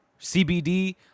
CBD